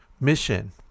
Mission